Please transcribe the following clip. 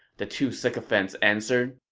the two sycophants answered.